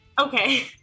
Okay